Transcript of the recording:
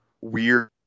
weird